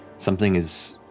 something is